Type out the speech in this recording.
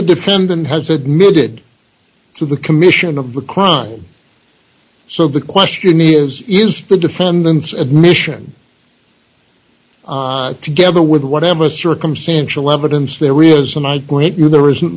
the defendant has admitted to the commission of the crime so the question is is the defendant's admission together with whatever circumstantial evidence there really isn't